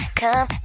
come